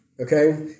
okay